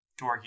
dorky